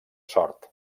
sort